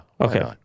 Okay